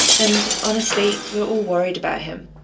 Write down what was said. and honestly, we're all worried about him.